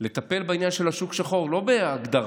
לטפל בעניין של השוק השחור, לא בהגדרה,